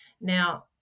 Now